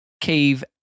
cave